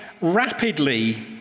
rapidly